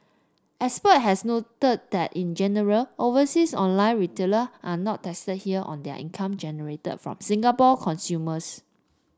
expert have noted that in general overseas online retailer are not taxed here on their income generated from Singapore consumers